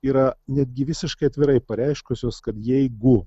yra netgi visiškai atvirai pareiškusios kad jeigu